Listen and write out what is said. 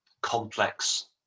complex